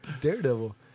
Daredevil